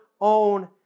own